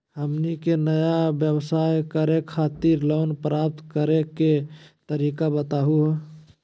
हमनी के नया व्यवसाय करै खातिर लोन प्राप्त करै के तरीका बताहु हो?